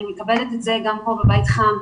אני מקבלת בבית חם.